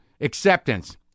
Acceptance